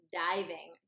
diving